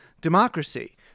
democracy